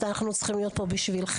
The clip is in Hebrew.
אנחנו צריכים להיות פה בשבילכם.